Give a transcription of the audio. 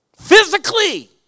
physically